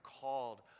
called